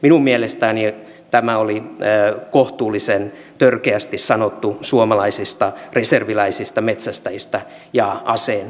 minun mielestäni tämä oli kohtuullisen törkeästi sanottu suomalaisista reserviläisistä metsästäjistä ja aseenkäyttäjistä